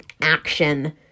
Action